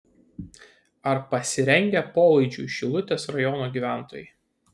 ar pasirengę polaidžiui šilutės rajono gyventojai